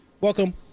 welcome